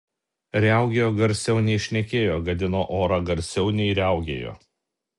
riaugėjo garsiau nei šnekėjo gadino orą garsiau nei riaugėjo